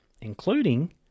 including